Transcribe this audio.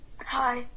Hi